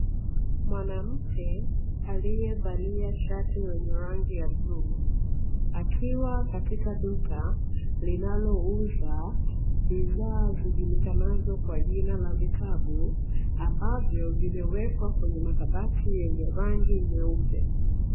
Mwanamke aliyevaa shati lenye rangi ya bluu, akiwa katika duka linauza bidhaa zijulikanazo kwa jina la vitabu, ambavyo vimewekwa kwenye makabati yenye rangi nyeupe.